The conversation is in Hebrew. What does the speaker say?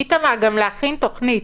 איתמר, גם להכין תכנית.